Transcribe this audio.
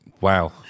Wow